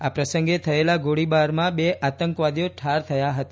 આ પ્રસંગે થયેલા ગોળીબારમાં બે આતંકવાદીઓ ઠાર થયા હતા